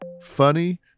funny